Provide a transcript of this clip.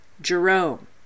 Jerome